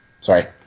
Sorry